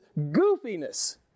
goofiness